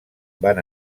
van